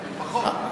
פחות.